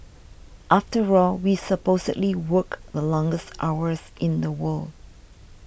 after all we supposedly work the longest hours in the world